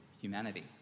humanity